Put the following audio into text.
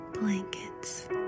blankets